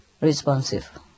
responsive